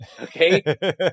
okay